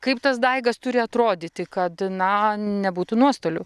kaip tas daigas turi atrodyti kad na nebūtų nuostolių